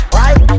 right